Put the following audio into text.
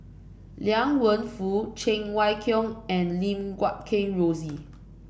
Liang Wenfu Cheng Wai Keung and Lim Guat Kheng Rosie